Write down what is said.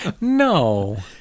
No